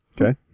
Okay